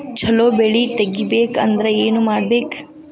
ಛಲೋ ಬೆಳಿ ತೆಗೇಬೇಕ ಅಂದ್ರ ಏನು ಮಾಡ್ಬೇಕ್?